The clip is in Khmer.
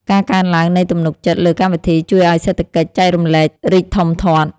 ការកើនឡើងនៃទំនុកចិត្តលើកម្មវិធី ជួយឱ្យសេដ្ឋកិច្ចចែករំលែករីកធំធាត់។